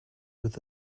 with